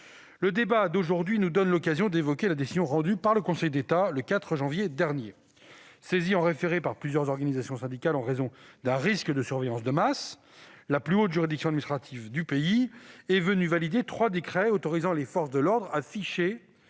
Le débat d'aujourd'hui nous donne l'occasion d'évoquer la décision rendue par le Conseil d'État le 4 janvier dernier. Saisie en référé par plusieurs organisations syndicales en raison d'un risque de surveillance de masse, la plus haute juridiction administrative du pays est venue valider trois décrets autorisant les forces de l'ordre à ficher